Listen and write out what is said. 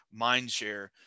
mindshare